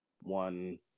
one